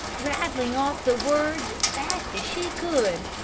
rattling off the words as fast as she could.